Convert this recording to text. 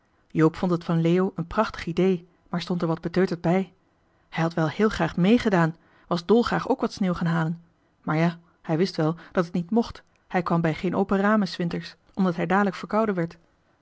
joop vond het van leo een prachtig idee maar stond er wat beteuterd bij hij had wel heel graag meegedaan was dolgraag ook wat sneeuw gaan halen maar ja hij wist wel dat het niet mocht hij kwam bij geen open ramen s winters omdat hij da'lijk verkouden werd